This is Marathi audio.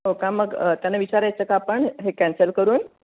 हो का मग त्यांना विचारायचं का आपण हे कॅन्सल करून